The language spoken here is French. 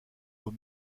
aux